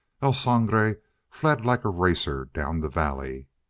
el sangre fled like a racer down the valley.